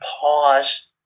pause